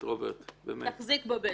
תחזיק בבטן.